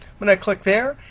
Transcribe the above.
when i click there,